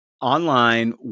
online